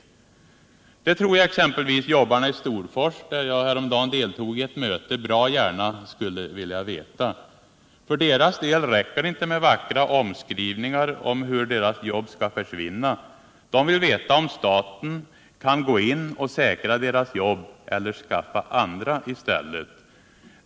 Det tror jag exempelvis jobbarna för att trygga sysselsättningen i Värmland i Storfors — där jag häromdagen deltog i ett möte — bra gärna skulle vilja veta. För deras del räcker det inte med vackra omskrivningar om hur deras jobb skall försvinna. De vill veta om staten kan gå in och säkra deras jobb, eller skaffa andra i stället.